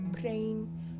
praying